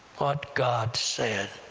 what god said?